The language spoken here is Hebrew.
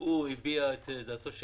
והוא הביע את דעתו,